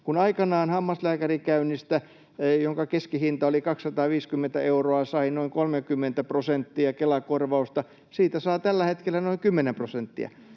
Kun aikanaan hammaslääkärikäynnistä, jonka keskihinta oli 250 euroa, sai noin 30 prosenttia Kela-korvausta, siitä saa tällä hetkellä noin 10 prosenttia.